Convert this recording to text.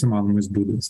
įmanomais būdais